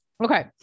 Okay